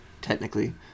technically